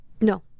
No